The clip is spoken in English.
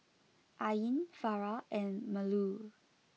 Ain Farah and Melur